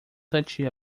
touchy